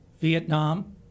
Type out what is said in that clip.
Vietnam